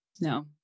No